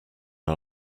our